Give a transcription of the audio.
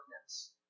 darkness